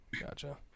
Gotcha